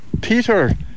Peter